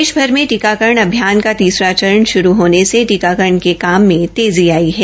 देषभर में टीकाकरण अभियान का तीसरा चरण शुरू होने से टीकाकरण के काम में तेजी आई है